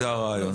זה הרעיון.